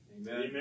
Amen